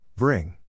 Bring